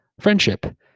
Friendship